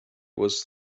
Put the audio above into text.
was